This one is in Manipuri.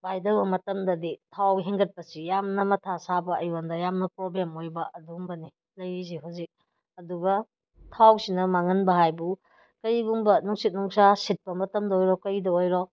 ꯄꯥꯏꯗꯕ ꯃꯇꯝꯗꯗꯤ ꯊꯥꯎ ꯍꯦꯟꯒꯠꯄꯁꯤ ꯌꯥꯝꯅ ꯃꯊꯥ ꯁꯥꯕ ꯑꯩꯉꯣꯟꯗ ꯌꯥꯝꯅ ꯄ꯭ꯔꯣꯕ꯭ꯂꯦꯝ ꯑꯣꯏꯕ ꯑꯗꯨꯒꯨꯝꯕꯅꯦ ꯂꯩꯔꯤꯁꯦ ꯍꯧꯖꯤꯛ ꯑꯗꯨꯒ ꯊꯥꯎꯁꯤꯅ ꯃꯥꯡꯍꯟꯕ ꯍꯥꯏꯕꯨ ꯀꯔꯤꯒꯨꯝꯕ ꯅꯨꯡꯁꯤꯠ ꯅꯨꯡꯁꯥ ꯁꯤꯠꯄ ꯃꯇꯝꯗ ꯑꯣꯏꯔꯣ ꯀꯩꯗ ꯑꯣꯏꯔꯣ